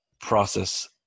process